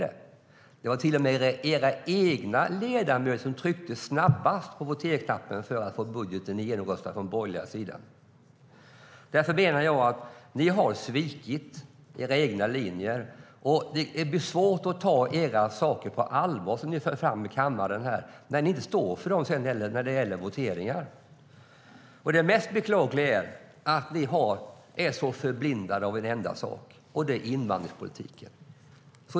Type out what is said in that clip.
Ni var som sagt till och med snabbast med att trycka på voteringsknappen för att få den borgerliga budgeten genomröstad. Det mest beklagliga är att ni är så förblindade av en enda sak, och det är invandringspolitiken.